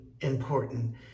important